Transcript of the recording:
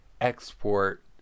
export